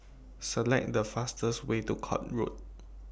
Select The fastest Way to Court Road